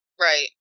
Right